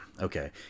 Okay